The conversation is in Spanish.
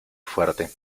fuerte